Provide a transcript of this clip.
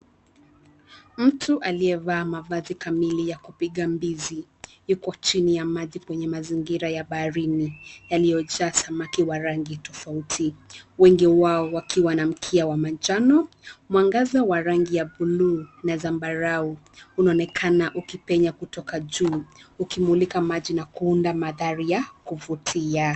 Mtu aliyevaa mavazi kamili ya kupiga mbizi yuko chini ya maji kwenye mazingira ya baharini yalilyo jaa samaki wa rangi tofauti wengi wao wakiwa na mkia wa manjano. Mwangaza wa rangi ya bluu na zambarao unaonekana ukipenya kutoka juu ukimulika maji na kuunda mandhari ya kuvutia.